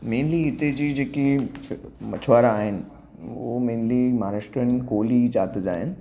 mainly हिते जी जेकी मछुआरा आहिनि उहो मेनली महाराष्ट्रनि कोली ज़ात जा आहिनि